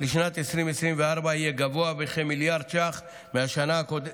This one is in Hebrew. לשנת 2024 יהיה גבוה בכמיליארד ש"ח מהשנה הקודמת,